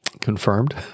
confirmed